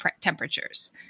temperatures